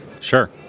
Sure